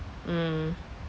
mm